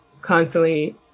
constantly